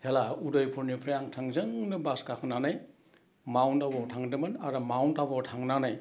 हेला उदयपुरनिफ्राय आं थोंजोंनो बास गाखोनानै माउन्ट आबुवाव थांदोंमोन माउन्ट आबु थांनानै